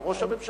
על ראש הממשלה.